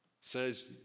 says